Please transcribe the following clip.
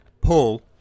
Paul